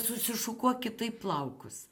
susišukuok kitaip plaukus